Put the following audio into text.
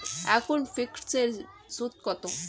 এখন ফিকসড এর সুদ কত?